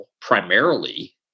primarily